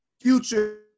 future